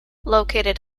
located